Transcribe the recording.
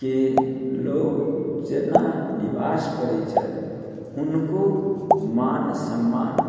के लोग जेना निवास करै छथि हुनको मान सम्मान